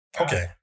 Okay